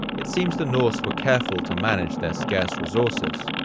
it seems the norse were careful to manage their scarce resources.